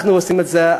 אנחנו עושים את זה,